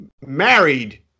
married